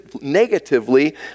negatively